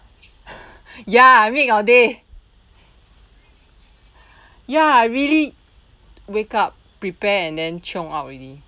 ya I make your day ya really wake up prepare and then chiong out already